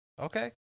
Okay